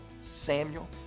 samuel